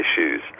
issues